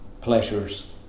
pleasures